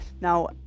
now